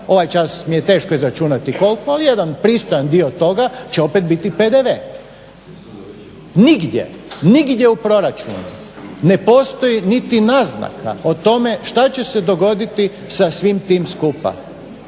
ovaj čas mi je teško izračunati koliko, ali jedan pristojan dio toga će opet biti PDV. Nigdje, nigdje u proračunu ne postoji niti naznaka o tome šta će se dogoditi sa svim tim skupa.